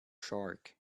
shark